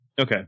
Okay